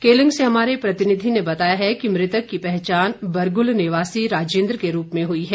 केलंग से हमारे प्रतिनिधि ने बताया है कि मृतक की पहचान बरगुल निवासी राजेन्द्र के रूप में हुई है